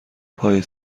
پای